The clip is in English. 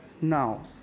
now